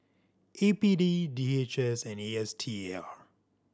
A P D D H S and A S T A R